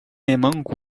内蒙古